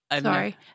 Sorry